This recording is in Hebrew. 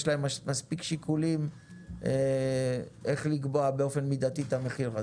יש להם מספיק שיקולים איך לקבוע באופן מידתי את המחיר.